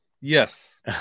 Yes